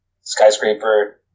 skyscraper